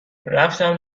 رفتم